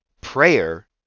prayer